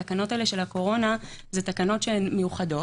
התקנות האלה של הקורונה הן תקנות מיוחדות.